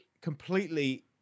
completely